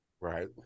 Right